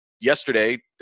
yesterday